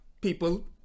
people